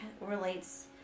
relates